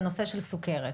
בנושא של סוכרת.